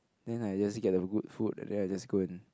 then I just get the good food and then I just go and